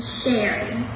sharing